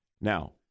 Now